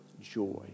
joy